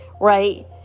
right